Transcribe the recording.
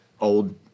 Old